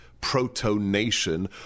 proto-nation